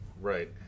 Right